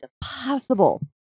possible